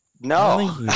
no